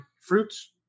fruits